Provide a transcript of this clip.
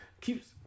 keeps